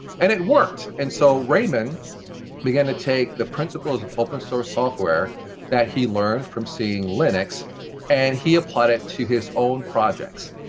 and it worked, and so raymond began to take the principles of open-source software that he learned from seeing linux and he applied it to his own projects,